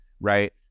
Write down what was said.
Right